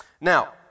now